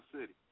City